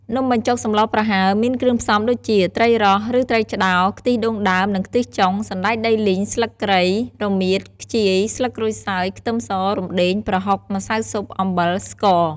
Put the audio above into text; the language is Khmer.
នំបញ្ចុកសម្លប្រហើរមានគ្រឿងផ្សំដូចជា ត្រីរ៉ស់ឬត្រីឆ្តោរ ខ្ទិះដូងដើមនិងខ្ទិះចុង សណ្តែកដីលីង ស្លឺកគ្រៃ រមៀត ខ្ជាយ ស្លឹកក្រូចសើច ខ្ទឹមស រំដេង ប្រហុក ម្សៅស៊ុប អំបិល ស្ករ។